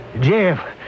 Jeff